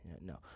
No